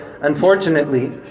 unfortunately